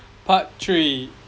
part three